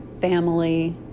Family